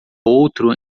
outro